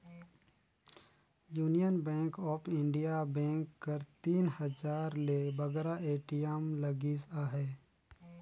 union bank of India bank कर तीन हजार ले बगरा ए.टी.एम लगिस अहे